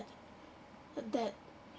that